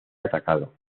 atacado